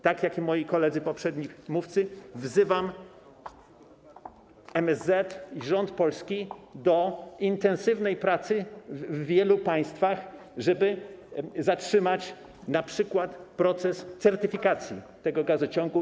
Tak jak moi koledzy, poprzedni mówcy wzywam MSZ i polski rząd do intensywnej pracy w wielu państwach, żeby zatrzymać np. proces certyfikacji tego gazociągu.